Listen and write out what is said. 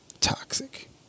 toxic